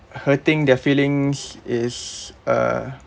hurting their feelings is uh